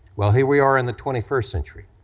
well, here we are in the twenty first century,